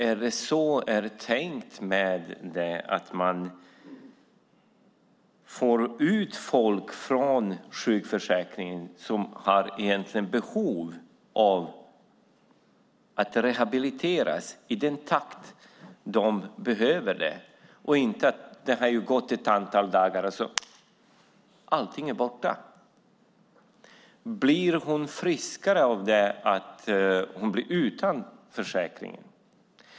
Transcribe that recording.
Är det så det är tänkt att man ska få ut folk från sjukförsäkringen, personer som egentligen har behov av att rehabiliteras i den takt de behöver det, och inte att allting är borta när det har gått ett antal dagar? Blir hon friskare av att hon är utan försäkringen?